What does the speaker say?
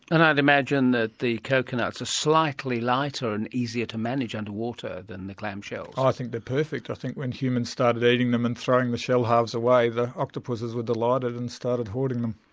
and i'd imagine that the coconuts are slightly lighter and easier to manage underwater than the clam shells. i think they're perfect. i think when humans started eating them and throwing the shell-halves away, the octopuses were delighted and started hoarding them.